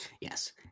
Yes